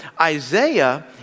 Isaiah